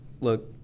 look